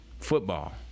football